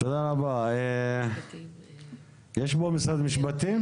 משרד המשפטים,